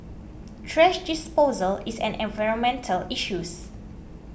thrash disposal is an environmental issues